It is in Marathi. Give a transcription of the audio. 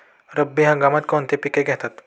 रब्बी हंगामात कोणती पिके घेतात?